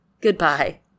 Goodbye